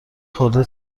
خورده